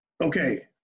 okay